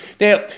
now